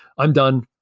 i'm done.